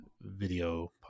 video